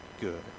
good